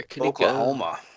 Oklahoma